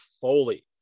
Foley